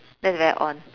that's very on